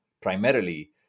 primarily